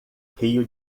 rio